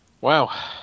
Wow